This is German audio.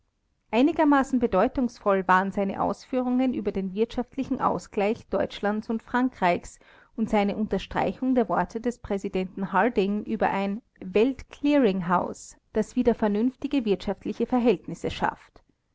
einigermaßen bedeutungsvoll waren seine ausführungen über den wirtschaftlichen ausgleich deutschlands und frankreichs und seine unterstreichung der worte des präsidenten harding über ein weltclearinghouse das wieder vernünftige wirtschaftliche verhältnisse schafft